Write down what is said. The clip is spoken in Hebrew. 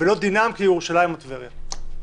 ולא דינם כירושלים או טבריה.